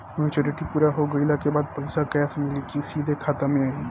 Maturity पूरा हो गइला के बाद पईसा कैश मिली की सीधे खाता में आई?